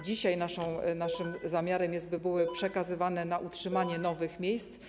Dzisiaj naszym zamiarem jest, by były przekazywane na utrzymanie nowych miejsc.